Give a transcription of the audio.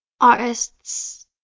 artists